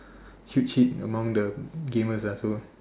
huge hit among the gamers ah so